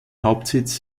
hauptsitz